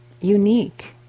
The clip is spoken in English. unique